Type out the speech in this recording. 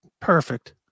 Perfect